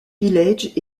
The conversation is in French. village